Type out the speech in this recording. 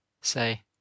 say